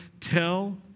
tell